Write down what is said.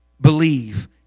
believe